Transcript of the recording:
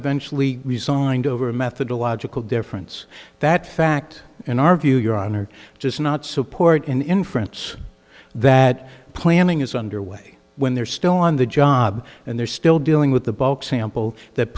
eventually resigned over a methodological difference that fact in our view your honor just not support an inference that planning is underway when they're still on the job and they're still dealing with the bulk sample th